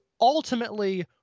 ultimately